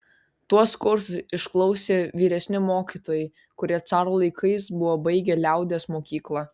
tuos kursus išklausė vyresni mokytojai kurie caro laikais buvo baigę liaudies mokyklą